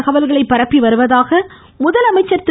தகவல்களை பரப்பி வருவதாக முதலமைச்சா் திரு